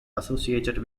associated